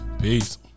Peace